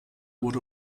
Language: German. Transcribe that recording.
wurde